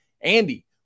Andy